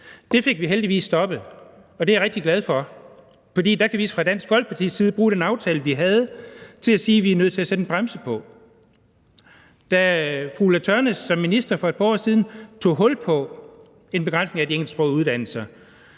Det fik vi heldigvis stoppet, og det er jeg rigtig glad for, fordi vi der fra Dansk Folkepartis side kunne bruge den aftale, vi havde, til at sige, at vi er nødt til at sætte en bremse i. Da fru Ulla Tørnæs som minister for et par år siden tog hul på en begrænsning af de engelsksprogede uddannelser,